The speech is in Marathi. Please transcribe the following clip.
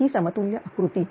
ही समतुल्य आकृती